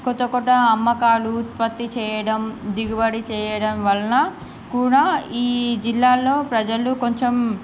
కొత్త కొత్త అమ్మకాలు ఉత్పత్తి చేయడం దిగుబడి చేయడం వలన కూడా ఈ జిల్లాలో ప్రజలు కొంచెం